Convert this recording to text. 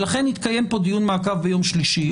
לכן יתקיים פה דיון מעקב ביום שלישי.